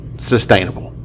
sustainable